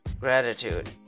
gratitude